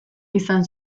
izan